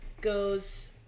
goes